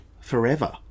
Forever